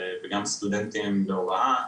גם סטודנטים להוראה.